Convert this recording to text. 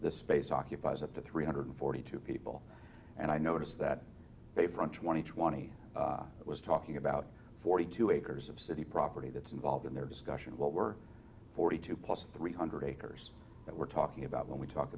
the space occupies up to three hundred forty two people and i noticed that paper on twenty twenty was talking about forty two acres of city property that's involved in their discussion of what we're forty two plus three hundred acres that we're talking about when we talk